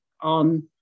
on